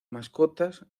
mascotas